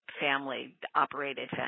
family-operated